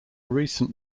recent